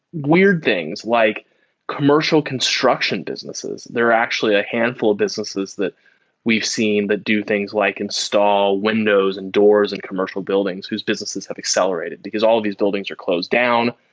weird things like commercial construction businesses. there are actually a handful of businesses that we've seen that do things like install windows and doors in commercial buildings whose businesses have accelerated. because all of these buildings are closed down.